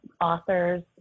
authors